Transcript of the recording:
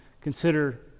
consider